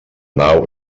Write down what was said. nau